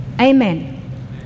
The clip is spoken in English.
Amen